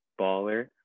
baller